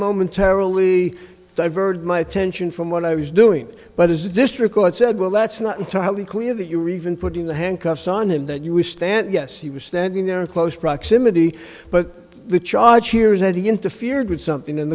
momentarily diverted my attention from what i was doing but as a district court said well that's not entirely clear that you're even putting the handcuffs on him that you will stand yes he was standing there in close proximity but the charge here is empty interfered with something